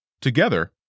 Together